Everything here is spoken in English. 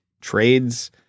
Trades